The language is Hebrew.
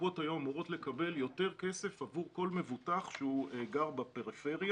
הקופות היו אמורות לקבל יותר כסף עבור כל מבוטח שגר בפריפריה,